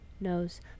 knows